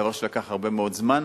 דבר שלקח הרבה מאוד זמן,